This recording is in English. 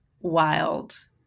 wild